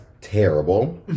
terrible